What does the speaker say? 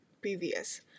previous